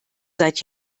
seit